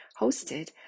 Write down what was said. hosted